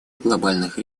глобальных